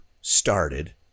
started